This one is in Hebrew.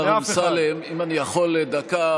השר אמסלם, אם אני יכול דקה,